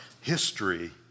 history